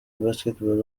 basketball